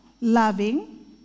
loving